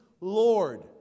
Lord